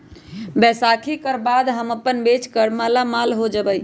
बैसाखी कर बाद हम अपन बेच कर मालामाल हो जयबई